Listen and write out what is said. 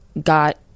got